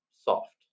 soft